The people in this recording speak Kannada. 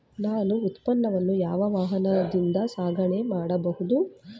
ನನ್ನ ಉತ್ಪನ್ನವನ್ನು ಯಾವ ವಾಹನದಿಂದ ಸಾಗಣೆ ಮಾಡಬಹುದು?